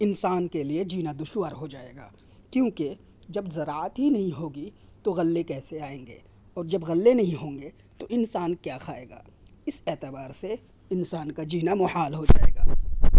انسان کے لیے جینا دشوار ہو جائے گا کیونکہ جب زراعت ہی نہیں ہوگی تو غلے کیسے آئیں گے اور جب غلے نہیں ہوں گے تو انسان کیا کھائے گا اس اعتبار سے انسان کا جینا محال ہو جائے گا